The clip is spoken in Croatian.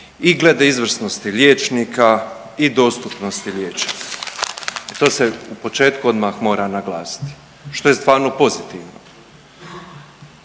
i glede izvrsnosti liječnika i dostupnosti liječnika. To se u početku odmah mora naglasiti što je stvarno pozitivno.